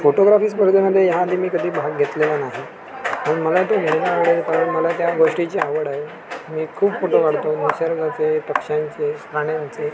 photography स्पर्धेमध्ये ह्या आधी मी कधी भाग घेतलेला नाही पण मला तो मिळणार नाही पण मला त्या गोष्टीची आवड आहे मी खूप फोटो काढतो निसर्गाचे पक्ष्यांचे प्राण्यांचे